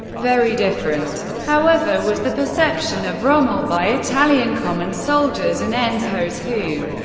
very different, however, was the perception of rommel by italian common soldiers and and ncos, who,